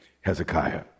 Hezekiah